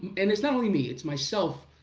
and it's not only me, it's myself,